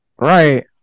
Right